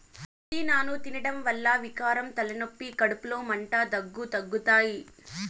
పూదినను తినడం వల్ల వికారం, తలనొప్పి, కడుపులో మంట, దగ్గు తగ్గుతాయి